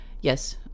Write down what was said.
yes